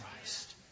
Christ